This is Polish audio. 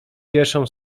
pierwszą